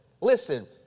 listen